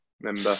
member